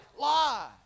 lie